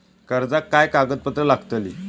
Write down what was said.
कर्जाक काय कागदपत्र लागतली?